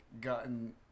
gotten